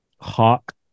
hawk